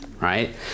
right